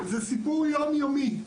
זה סיפור יומיומי.